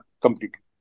completely